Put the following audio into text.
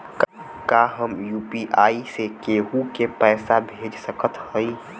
का हम यू.पी.आई से केहू के पैसा भेज सकत हई?